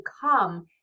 come